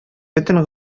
бөтен